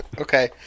Okay